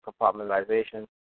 compartmentalization